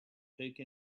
take